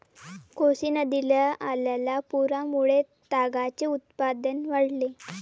कोसी नदीला आलेल्या पुरामुळे तागाचे उत्पादन वाढले